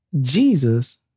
Jesus